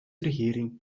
regering